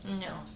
No